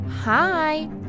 Hi